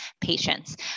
patients